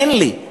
אין לי.